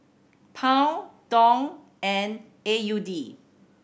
Pound Dong and A U D